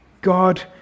God